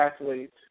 athletes